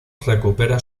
recupera